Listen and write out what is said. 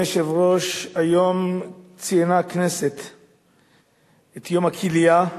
היום ציינה הכנסת את יום הכליה,